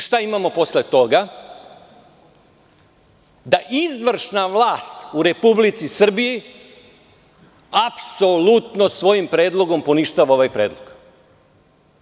Šta imamo posle toga, da izvršna vlast u Republici Srbiji apsolutno svojim predlogom poništava ovaj predlog.